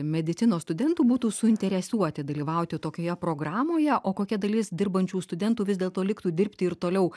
medicinos studentų būtų suinteresuoti dalyvauti tokioje programoje o kokia dalis dirbančių studentų vis dėlto liktų dirbti ir toliau